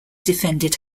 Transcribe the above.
defended